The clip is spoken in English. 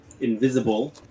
invisible